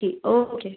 ठीक ओके